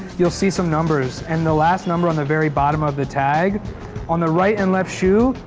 you'll see some numbers, and the last number on the very bottom of the tag on the right and left shoe,